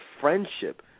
friendship